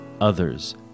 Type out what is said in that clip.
others